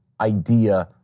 idea